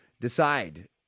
decide